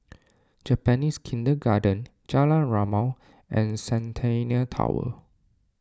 Japanese Kindergarten Jalan Rimau and Centennial Tower